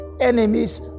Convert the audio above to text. enemies